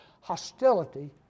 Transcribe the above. hostility